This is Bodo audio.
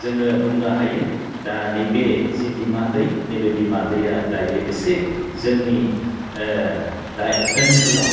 जोङो बुंनो हायो दा नैबे जि बिमा दै नैबे बिमा दैआ दायो एसे जोंनि ओनसोलाव